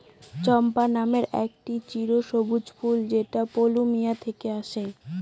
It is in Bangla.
চম্পা নামের একটি চিরসবুজ ফুল যেটা প্লুমেরিয়া থেকে আসে